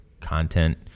content